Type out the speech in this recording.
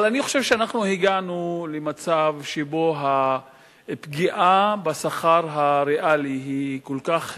אבל אני חושב שאנחנו הגענו למצב שבו הפגיעה בשכר הריאלי היא כל כך קשה,